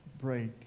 break